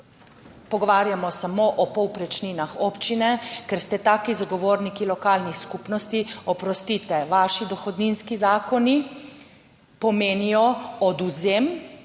pogovarjamo samo o povprečninah občine, ker ste taki zagovorniki lokalnih skupnosti. Oprostite, vaši dohodninski zakoni pomenijo odvzem